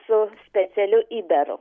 su specialiu įdaru